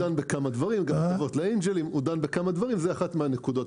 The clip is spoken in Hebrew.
בגדול, החוק דן בכמה דברים, זאת אחת מהנקודות.